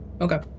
Okay